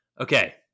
Okay